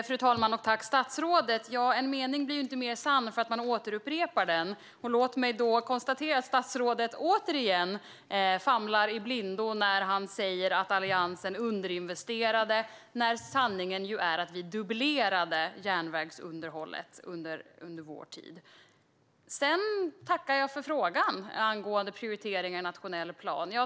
Fru talman! Tack, statsrådet! En mening blir inte mer sann för att man återupprepar den. Låt mig konstatera att statsrådet återigen famlar i blindo när han säger att Alliansen underinvesterade när sanningen är att vi dubblerade järnvägsunderhållet under vår tid. Sedan tackar jag för frågan angående prioriteringar i nationell plan.